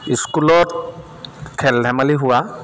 স্কুলত খেল ধেমালি হোৱা